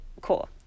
Cool